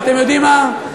ואתם יודעים מה,